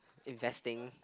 investing